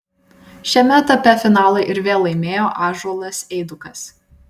šiame etape finalą ir vėl laimėjo ąžuolas eidukas